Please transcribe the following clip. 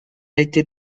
été